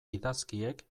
idazkiek